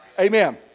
Amen